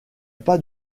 pas